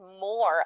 more